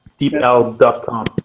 deepl.com